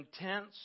intense